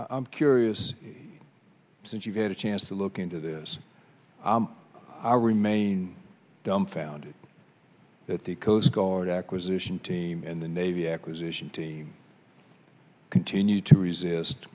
i'm curious since you've had a chance to look into this i remain dumbfounded that the coastguard acquisition team and the navy acquisition to continue to resist